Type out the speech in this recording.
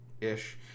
ish